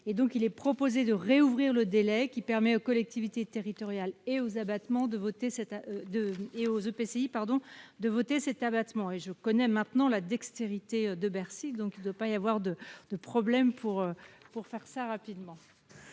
Il est donc proposé ici de rouvrir le délai permettant aux collectivités territoriales et aux EPCI de voter cet abattement. Je connais maintenant la dextérité de Bercy ! Il ne devrait donc pas y avoir de problème pour procéder à cet